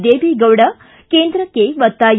ದೇವೇಗೌಡ ಕೇಂದ್ರಕ್ಕೆ ಒತ್ತಾಯ